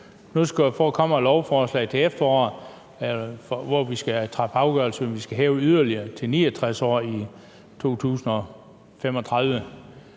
Nu kommer der et lovforslag til efteråret, hvor vi skal træffe afgørelse om, om vi skal hæve yderligere til 69 år i 2035.